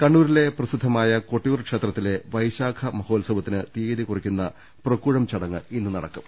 കണ്ണൂരിലെ പ്രസിദ്ധമായ കൊട്ടിയൂർ ക്ഷേത്രത്തിലെ വൈശാഖ മഹോത്സവത്തിന് തീയതി കുറിക്കുന്ന പ്രക്കൂഴം ചടങ്ങ് ഇന്ന് നടക്കും